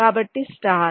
కాబట్టి స్టార్